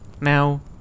Now